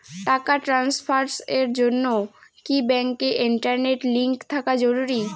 টাকা ট্রানস্ফারস এর জন্য কি ব্যাংকে ইন্টারনেট লিংঙ্ক থাকা জরুরি?